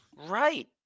Right